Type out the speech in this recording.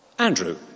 Andrew